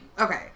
okay